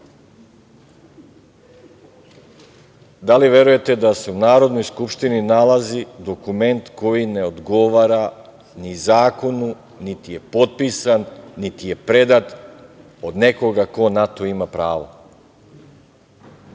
Da li verujete da se u Narodnoj skupštini nalazi dokument koji ne odgovara ni zakonu, niti je potpisan, niti je predat od nekoga ko na to ima pravo. Jeste